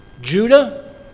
Judah